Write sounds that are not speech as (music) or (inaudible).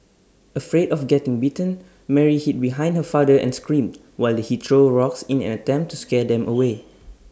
afraid of getting bitten Mary hid behind her father and screamed while he threw rocks in an attempt to scare them away (noise)